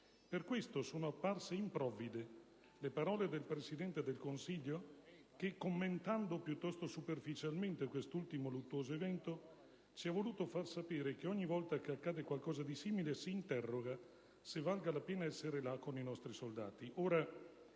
Per questo sono apparse improvvide le parole del Presidente del Consiglio che, commentando piuttosto superficialmente quest'ultimo luttuoso evento, ci ha voluto far sapere che ogni volta che accade qualcosa di simile si interroga se valga la pena essere là con nostri soldati.